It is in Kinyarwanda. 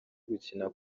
gukina